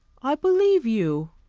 i believe you.